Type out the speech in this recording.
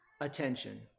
attention